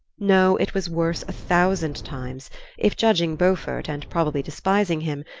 no, it was worse a thousand times if, judging beaufort, and probably despising him,